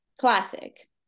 classic